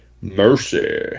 Mercy